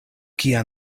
kia